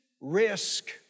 risk